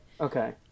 Okay